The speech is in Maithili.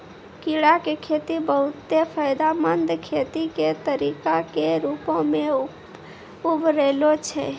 कीड़ा के खेती बहुते फायदामंद खेती के तरिका के रुपो मे उभरलो छै